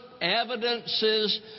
evidences